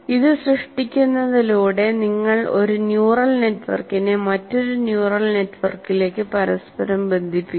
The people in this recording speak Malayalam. ഇത് സൃഷ്ടിക്കുന്നതിലൂടെ നിങ്ങൾ ഒരു ന്യൂറൽ നെറ്റ്വർക്കിനെ മറ്റൊരു ന്യൂറൽ നെറ്റ്വർക്കിലേക്ക് പരസ്പരം ബന്ധിപ്പിക്കുന്നു